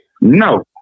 No